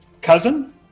cousin